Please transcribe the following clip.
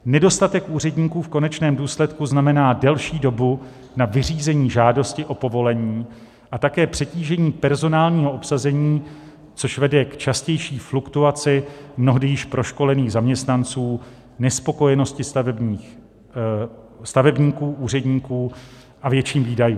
Nedostatek úředníků v konečném důsledku znamená delší dobu na vyřízení žádosti o povolení a také přetížení personálního obsazení, což vede k častější fluktuaci mnohdy již proškolených zaměstnanců, nespokojenosti stavebníků, úředníků a větším výdajům.